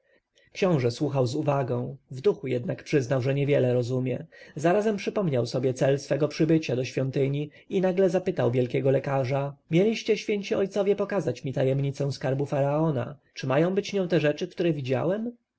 książę słuchał z uwagą w duchu jednak przyznał że niewiele rozumie zarazem przypomniał sobie cel swojego przybycia do świątyni i nagle zapytał wielkiego lekarza mieliście święci ojcowie pokazać mi tajemnicę skarbu faraona czy mają być nią te rzeczy które widziałem